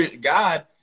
God